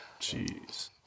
Jeez